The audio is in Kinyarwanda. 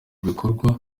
bikorwa